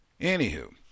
Anywho